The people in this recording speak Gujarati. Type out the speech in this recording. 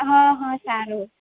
હં હં સારું